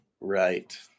Right